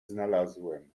znalazłem